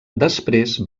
després